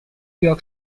york